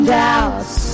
doubts